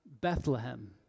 Bethlehem